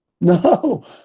No